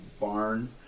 barn